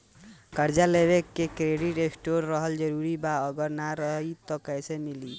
कर्जा लेवे खातिर क्रेडिट स्कोर रहल जरूरी बा अगर ना रही त कैसे मिली?